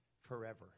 forever